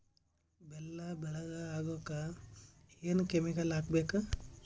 ಬೆಲ್ಲ ಬೆಳಗ ಆಗೋಕ ಏನ್ ಕೆಮಿಕಲ್ ಹಾಕ್ಬೇಕು?